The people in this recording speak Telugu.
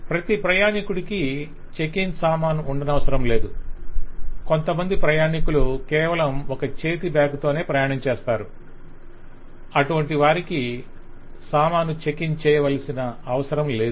ప్రతి ప్రయాణీకుడికి చెక్ ఇన్ సామాను ఉండనవసరంలేదు కొంతమంది ప్రయాణీకులు కేవలం ఒక చేతి బ్యాగ్తోనే ప్రయాణం చేస్తారు అటువంటి వారికి సామాను చెక్ ఇన్ చేయవలసిన అవసరం లేదు